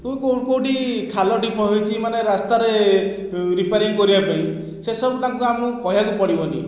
କେଉଁ କେଉଁ କେଉଁଠି ଖାଲଢିପ ହୋଇଛି ମାନେ ରାସ୍ତାରେ ରିପେୟାରିଂ କରିବା ପାଇଁ ସେସବୁ ତାଙ୍କୁ ଆମକୁ କହିବାକୁ ପଡ଼ିବନି